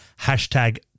Hashtag